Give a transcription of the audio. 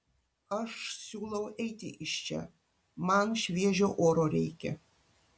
aš siūlau eiti iš čia man šviežio oro reikia